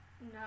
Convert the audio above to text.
No